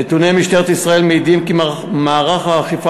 נתוני משטרת ישראל מעידים כי מערך האכיפה